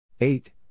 eight